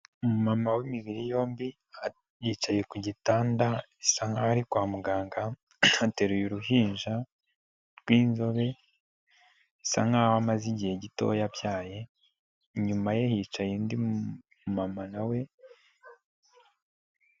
Umumama w'imibiri yombi yicaye ku gitanda bisa nkaho ari kwa muganga, ateruye uruhinja, rw'inzobe, bisa nkaho amaze igihe gitoya abyaye, inyuma ye hicaye undi mama na we.